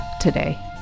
today